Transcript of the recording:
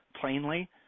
plainly